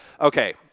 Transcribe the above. Okay